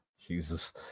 Jesus